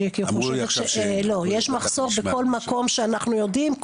אמרו לי עכשיו ש- -- יש מחסור בכל מקום שאנחנו יודעים.